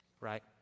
Right